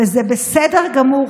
וזה בסדר גמור,